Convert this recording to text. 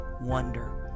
wonder